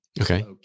Okay